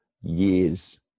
years